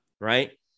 right